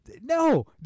No